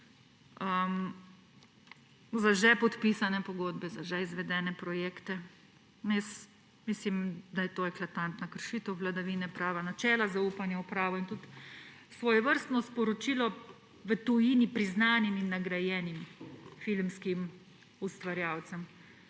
za že podpisane pogodbe, za že izvedene projekte. Mislim, da je to eklatantna kršitev vladavine prava, načela zaupanja v pravo in tudi svojevrstno sporočilo v tujini priznanim in nagrajenim filmskim ustvarjalcem.